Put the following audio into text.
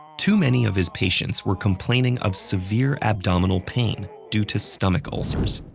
too many of his patients were complaining of severe abdominal pain due to stomach ulcers,